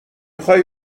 خوای